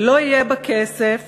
ולא יהיה בה כסף